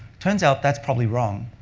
turns out, that's probably wrong